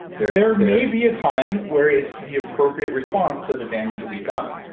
there there may be a time where it's the appropriate response to the damage we've done.